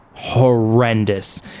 horrendous